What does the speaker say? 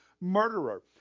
murderer